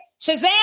Shazam